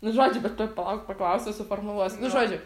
nu žodžiu bet tuoj palauk paklausiu suformuluosiu nu žodžiu